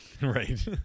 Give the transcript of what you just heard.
right